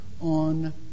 on